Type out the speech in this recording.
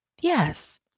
Yes